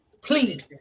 Please